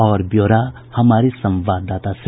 और ब्यौरा हमारे संवाददाता से